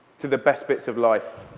to the best bits of life.